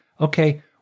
Okay